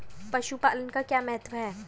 पशुपालन का क्या महत्व है?